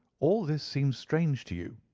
all this seems strange to you,